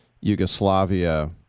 Yugoslavia